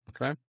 okay